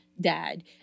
dad